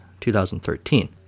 2013